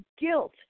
guilt